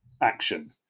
action